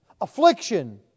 Affliction